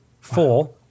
Four